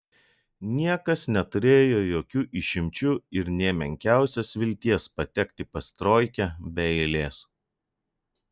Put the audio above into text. niekas neturėjo jokių išimčių ir nė menkiausios vilties patekti pas troikę be eilės